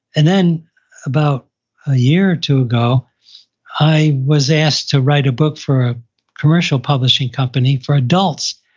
and then about a year or two ago i was asked to write a book for a commercial publishing company for adults,